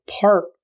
park